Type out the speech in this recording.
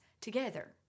together